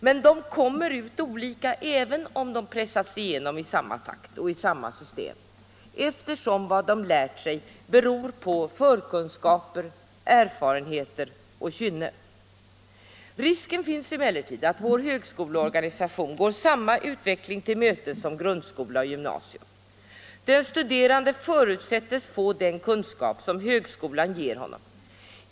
Men de kommer ut olika även om de pressas igenom i samma takt och i samma system, eftersom vad de lärt sig beror på förkunskaper, erfarenheter och kynne. Risken finns emellertid att vår högskoleorganisation går samma utveckling till mötes som grundskola och gymnasium. Den studerande förutsättes få den kunskap som högskolan ger honom.